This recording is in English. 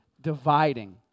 dividing